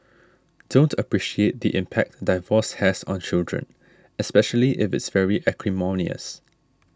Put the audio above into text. don't appreciate the impact divorce has on children especially if it's very acrimonious